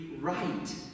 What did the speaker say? right